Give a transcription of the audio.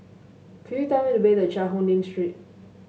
could you tell me the way to Cheang Hong Lim Street